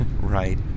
Right